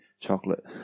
chocolate